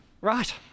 Right